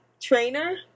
trainer